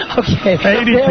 okay